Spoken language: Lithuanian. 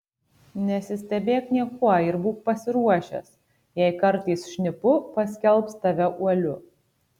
nesistebėk niekuo ir būk pasiruošęs jei kartais šnipu paskelbs tave uoliu